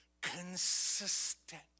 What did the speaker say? consistent